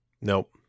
Nope